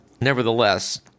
Nevertheless